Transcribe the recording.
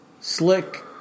slick